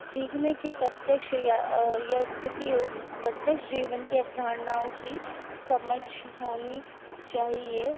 सीखने की प्रत्यक्ष या यह स्थिति हो प्रत्यक्ष जीवन की अवधारणाओं की समझ होनी चाहिए